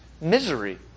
misery